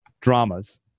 dramas